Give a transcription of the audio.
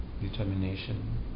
determination